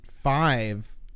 Five